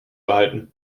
behalten